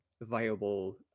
viable